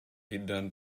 hindern